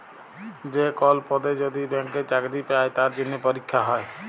যে কল পদে যদি ব্যাংকে চাকরি চাই তার জনহে পরীক্ষা হ্যয়